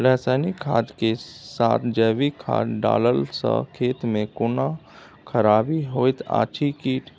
रसायनिक खाद के साथ जैविक खाद डालला सॅ खेत मे कोनो खराबी होयत अछि कीट?